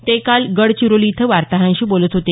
ते काल गडचिरोली इथं वार्ताहरांशी बोलत होते